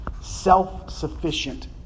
self-sufficient